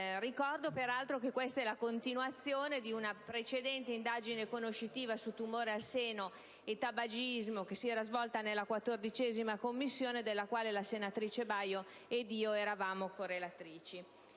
Ricordo peraltro che questa è la continuazione di una precedente indagine conoscitiva su tumore al seno e tabagismo, che si era svolta nella XIV legislatura e della quale la senatrice Baio ed io siamo state correlatrici.